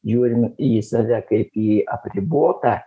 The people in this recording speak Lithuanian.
žiūrim į save kaip į apribotą